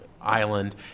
island